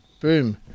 Boom